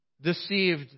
deceived